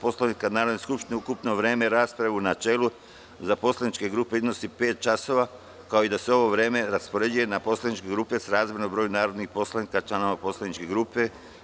Poslovnika Narodne skupštine ukupno vreme rasprave u načelu za poslaničke grupe iznosi pet časova, kao i da se ovo vreme raspoređuje na poslaničke grupe srazmerno broju narodnih poslanika članova poslaničke grupe.